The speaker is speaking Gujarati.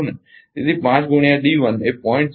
તેથી 5 ગુણ્યા એ 0